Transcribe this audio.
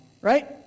right